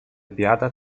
biada